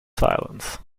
silence